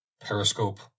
periscope